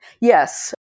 Yes